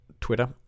Twitter